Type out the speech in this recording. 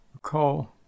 call